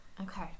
Okay